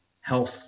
health